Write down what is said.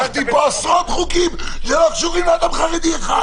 ריככתי פה עשרות חוקים שלא קשורים לאדם חרדי אחד.